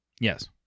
Yes